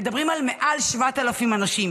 מדברים על יותר מ-7,000 אנשים.